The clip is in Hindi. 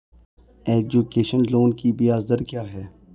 एजुकेशन लोन की ब्याज दर क्या है?